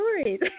stories